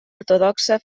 ortodoxa